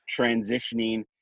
transitioning